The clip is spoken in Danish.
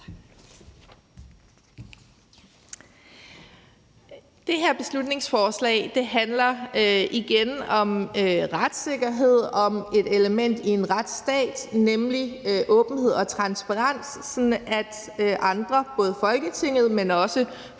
Det her beslutningsforslag handler igen om retssikkerhed og om et element i en retsstat, nemlig åbenhed og transparens, sådan at andre, både Folketinget, men også forskere,